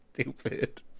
stupid